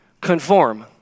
Conform